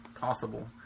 possible